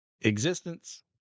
Existence